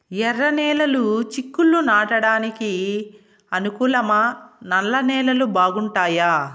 ఎర్రనేలలు చిక్కుళ్లు నాటడానికి అనుకూలమా నల్ల నేలలు బాగుంటాయా